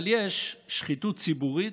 אבל יש שחיתות ציבורית,